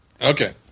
Okay